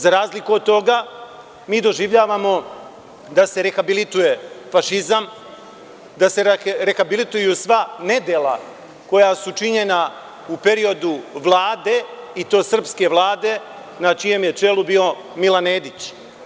Za razliku od toga mi doživljavamo da se rehabilituje fašizam, da se rehabilituju sva nedela koja su činjena u periodu vlade i to srpske vlade na čijem je čelu bio Milan Nedić.